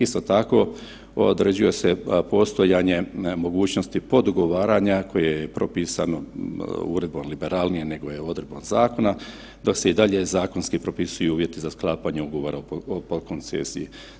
Isto tako određuje se postojanje mogućnosti podugovaranja koje je propisano uredbom liberalnije nego je odredbom zakona, dok se i dalje zakonski propisuju uvjeti za sklapanje ugovora o koncesiji.